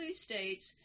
states